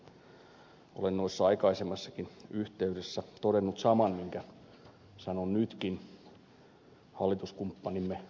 olen noissa aikaisemmissakin yhteyksissä todennut saman jonka sanon nytkin hallituskumppanimme kokoomuksen suuntaan